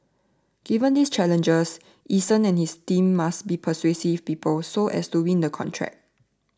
given these challenges Eason and his team must be persuasive people so as to win the contract